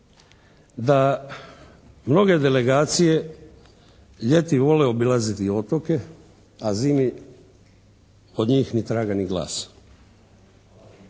da mnoge delegacije ljeti vole obilaziti otoke, a zimi od njih ni traga ni glasa.